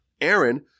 Aaron